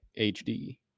HD